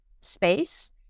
space